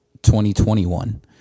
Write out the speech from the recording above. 2021